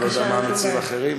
אבל לא יודע מה המציעים האחרים.